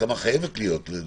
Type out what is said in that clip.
הסכמה חייבת להיות, לדעתי.